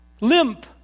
limp